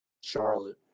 Charlotte